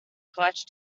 clutch